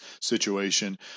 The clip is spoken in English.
situation